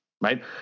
Right